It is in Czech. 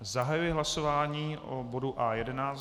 Zahajuji hlasování o bodu A11.